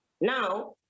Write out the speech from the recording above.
now